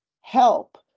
help